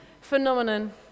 phenomenon